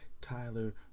Tyler